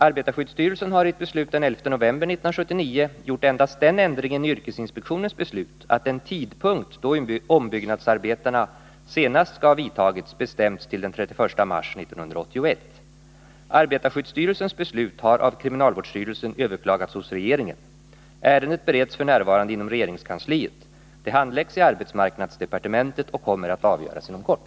Arbetarskyddsstyrelsen har i ett beslut den 11 november 1979 gjort endast den ändringen i yrkesinspektionens beslut att den tidpunkt då ombyggnadsarbetena senast skall ha vidtagits bestämts till den 31 mars 1981. Arbetarskyddsstyrelsens beslut har av kriminalvårdsstyrelsen överklagats hos regeringen. Ärendet bereds f. n. inom regeringskansliet. Det handläggs i arbetsmarknadsdepartementet och kommer att avgöras inom kort.